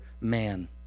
man